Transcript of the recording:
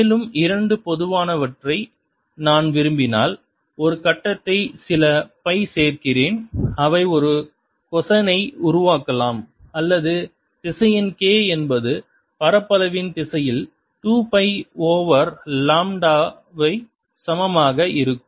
மேலும் இரண்டு பொதுவானவற்றை நான் விரும்பினால் ஒரு கட்டத்தை சில பை சேர்க்கிறேன் அவை ஒரு கொசைனை உருவாக்கலாம் அல்லது திசையன் k என்பது பரப்பளவின் திசையில் 2 பை ஓவர் லாம்ப்டாவை சமமாக இருக்கும்